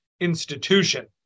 institution